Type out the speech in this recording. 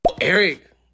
Eric